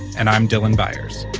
and i'm dylan byers